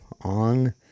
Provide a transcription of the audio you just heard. on